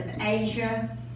Asia